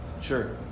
Sure